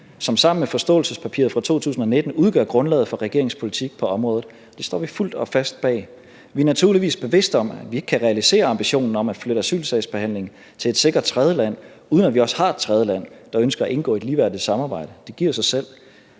som sammen med forståelsespapiret fra 2019 udgør grundlaget for regeringens politik på området. Det står vi fuldt og fast bag. Vi er naturligvis bevidste om, at vi ikke kan realisere ambitionen om at flytte asylsagsbehandling til et sikkert tredjeland, uden at vi også har et tredjeland, der ønsker at indgå et ligeværdigt samarbejde. Det giver jo sig selv.